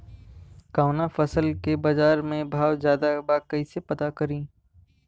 कवना फसल के बाजार में भाव ज्यादा बा कैसे पता करि?